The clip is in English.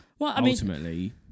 ultimately